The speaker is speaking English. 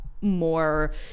more